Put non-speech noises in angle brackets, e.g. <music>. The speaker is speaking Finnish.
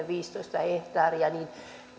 <unintelligible> viisitoista hehtaaria niin